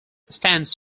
stands